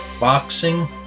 boxing